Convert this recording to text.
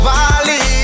Valley